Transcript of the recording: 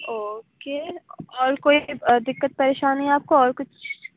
okay اور کوئی دقت پریشانی آپ کو اور کچھ